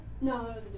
No